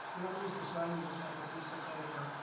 you know, i'm used to signing just like a piece of paper.